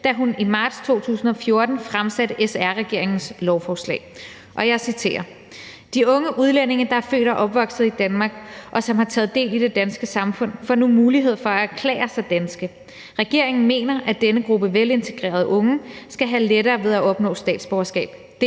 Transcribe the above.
da hun i marts 2014 fremsatte SR-regeringens lovforslag – og jeg citerer: De unge udlændinge, der er født og opvokset i Danmark, og som har taget del i det danske samfund, får nu mulighed for at erklære sig danske. Regeringen mener, at denne gruppe velintegrerede unge skal have lettere ved at opnå statsborgerskab.